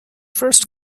first